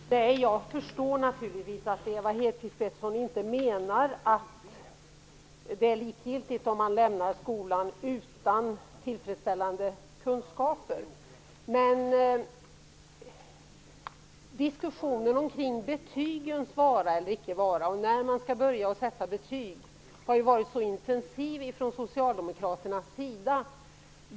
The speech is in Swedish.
Fru talman! Jag förstår naturligtvis att Ewa Hedkvist Petersen inte menar att det är likgiltigt att elever lämnar skolan utan tillfredsställande kunskaper. Diskussionen om betygens vara eller icke vara och om när man skall börja sätta betyg har varit intensiv från Socialdemokraternas sida.